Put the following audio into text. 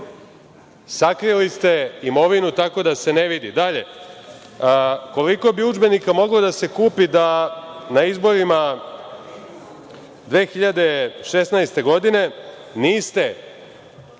Sakrili ste imovinu tako da se ne vidi. Dalje. Koliko bi udžbenika moglo da se kupi da na izborima 2016. godine niste